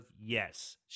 yes